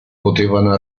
potevano